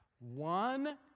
One